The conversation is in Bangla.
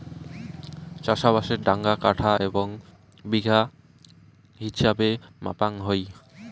চাষবাসের ডাঙা কাঠা এবং বিঘা হিছাবে মাপাং হই